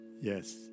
Yes